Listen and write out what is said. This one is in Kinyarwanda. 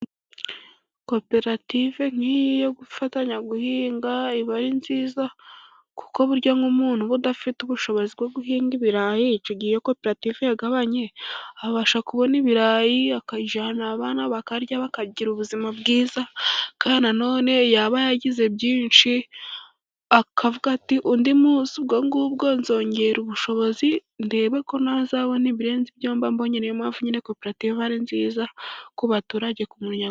Koperative nk'iyi yo gufatanya guhinga iba ari nziza, kuko burya nk'umuntu uba udafite ubushobozi bwo guhinga ibirayi icyo gihe iyo koperative yagabanye abasha kubona ibirayi akajyana abana bakarya bakagira ubuzima bwiza, kandi nanone yaba yagize byinshi akavuga ati, ''undi munsi ubwo ngubwo nzongera ubushobozi ndebe ko nazabona ibirenze ibyo mba mbonye'', niyo mpamvu nyine koperative ari nziza ku baturage.